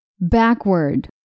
Backward